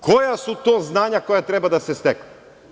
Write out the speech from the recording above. Koja su to znanja koja treba da se steknu?